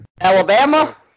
Alabama